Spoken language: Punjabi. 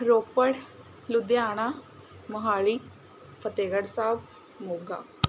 ਰੋਪੜ ਲੁਧਿਆਣਾ ਮੋਹਾਲੀ ਫਤਿਹਗੜ੍ਹ ਸਾਹਿਬ ਮੋਗਾ